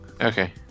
Okay